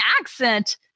accent